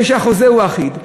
כשהחוזה הוא אחיד,